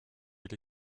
elle